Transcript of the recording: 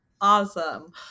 Awesome